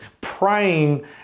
praying